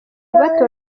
bato